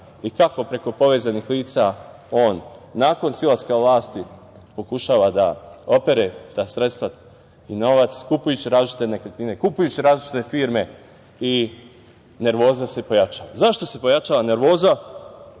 i kako preko povezanih lica on nakon silaska sa vlasti pokušava da opere ta sredstva i novac kupujući različite nekretnine, kupujući različite firme i nervoza se pojačava. Zašto se pojačava nervoza